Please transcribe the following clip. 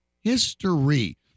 history